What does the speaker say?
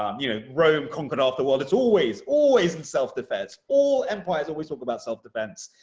um you know rome conquered half the world. it's always, always in self-defense. all empires always talk about self-defense.